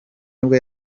nibwo